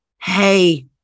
Hey